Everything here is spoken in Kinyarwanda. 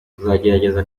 tuzagerageza